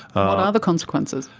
and are the consequences?